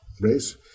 race